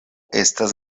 estas